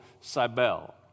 Cybele